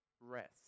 rest